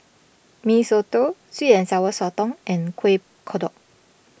Mee Soto Sweet and Sour Sotong and Kuih Kodok